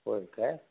होय काय